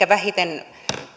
vähiten